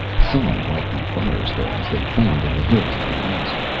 some, like the fire-stones, they found in the hills to the east.